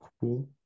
cool